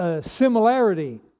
similarity